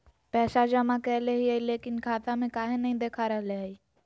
पैसा जमा कैले हिअई, लेकिन खाता में काहे नई देखा रहले हई?